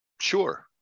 Sure